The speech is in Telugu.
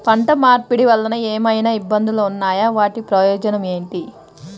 పంట మార్పిడి వలన ఏమయినా ఇబ్బందులు ఉన్నాయా వాటి ప్రయోజనం ఏంటి?